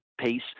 pace